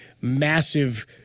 massive